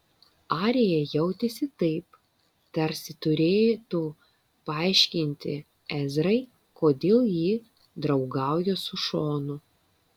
arija jautėsi taip tarsi turėtų paaiškinti ezrai kodėl ji draugauja su šonu